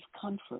comfort